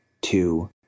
two